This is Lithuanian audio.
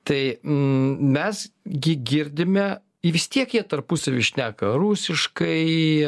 tai m mes gi girdime į vis tiek jie tarpusavy šneka rusiškai